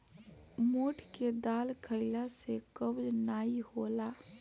मोठ के दाल खईला से कब्ज नाइ होला